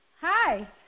Hi